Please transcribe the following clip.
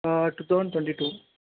two thousand twenty two